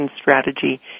strategy